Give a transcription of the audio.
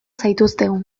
zaituztegu